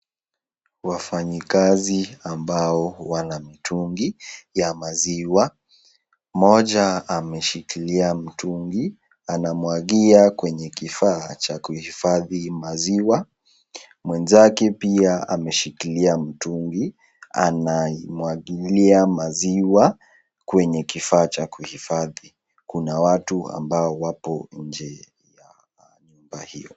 Wafanyikazi ambao wana mitungi ya maziwa, mmoja ameshikilia mtungi, anamwagia kwenye kifaa cha kuhifadhi maziwa, mwenzake pia ameshikilia mtungi, anaimwagilia maziwa kwenye kifaa cha kuhifadhi, kuna watu ambao wapo nje ya nyumba hio.